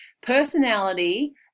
personality